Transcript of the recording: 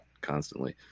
constantly